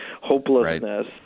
hopelessness